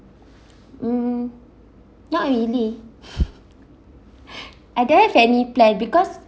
um not really I don't have any plan because